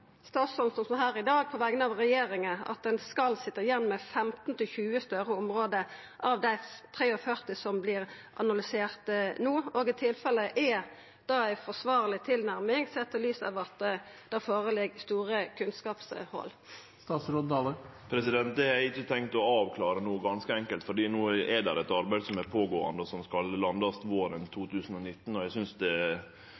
statsråden, som på vegner av regjeringa står her i dag, at ein skal sitja igjen med 15–20 større område av dei 43 som vert analyserte no? I tilfelle: Er det ei forsvarleg tilnærming, sett i lys av at det er store kunnskapshol? Det har eg ikkje tenkt å avklare no, ganske enkelt fordi det er eit arbeid som no er i gang, og som skal landast våren